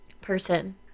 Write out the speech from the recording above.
person